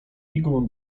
igłę